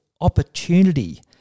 opportunity